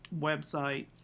website